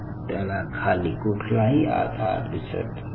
त्याला खाली कुठलाही आधार दिसत नाही